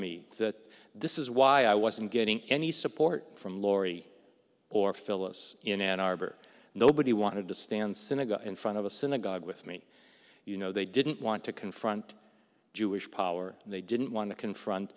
me that this is why i wasn't getting any support from laurie or phyllis in ann arbor nobody wanted to stand synagogue in front of a synagogue with me you know they didn't want to confront jewish power and they didn't want to confront